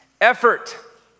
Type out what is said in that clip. effort